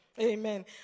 Amen